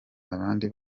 abandi